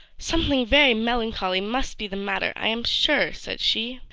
something very melancholy must be the matter, i am sure, said she.